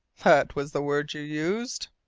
that was the word you used?